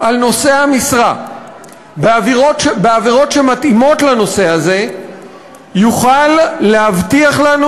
על נושא המשרה בעבירות שמתאימות לנושא הזה יוכל להבטיח לנו